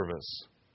service